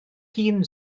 hun